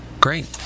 Great